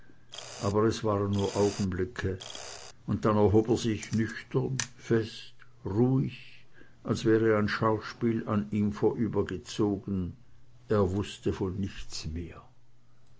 aber es waren nur augenblicke und dann erhob er sich nüchtern fest ruhig als wäre ein schattenspiel vor ihm vorübergezogen er wußte von nichts mehr